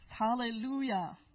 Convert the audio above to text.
Hallelujah